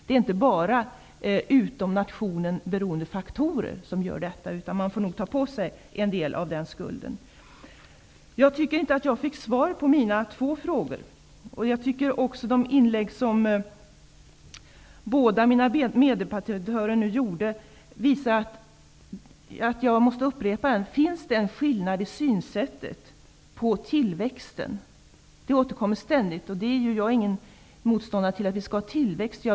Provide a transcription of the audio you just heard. Det beror inte enbart på faktorer utom nationen. Regeringen får nog ta på sig en del av den skulden. Jag tycker inte att jag fick svar på mina båda frågor. De inlägg som båda mina meddebattörer nyss gjorde visar att jag måste upprepa frågorna. Finns det någon skillnad i synsätt när det gäller tillväxten? Den frågan återkommer ständigt. Jag är inte någon motståndare till att vi skall ha tillväxt.